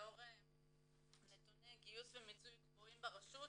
לאור נתוני גיוס ומיצוי גבוהים ברשות,